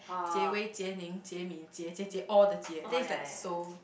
Jie-Wei Jie-Ning Jie-Min Jie Jie Jie all the Jie then it's like so